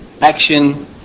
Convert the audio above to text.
action